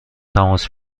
تماس